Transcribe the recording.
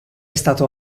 stato